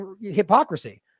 hypocrisy